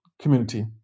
community